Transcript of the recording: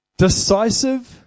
Decisive